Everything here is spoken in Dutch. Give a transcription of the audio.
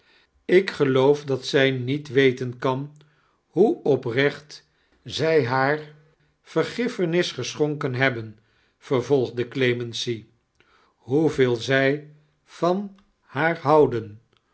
ik geloofdat aij niet weten kan hoe opnecht zij haar vetgiffenis geschonken hebben vervolgde clemency hoeveel zij van haar houcharles